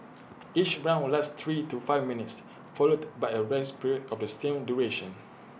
each round lasts three to five minutes followed by A rest period of the same duration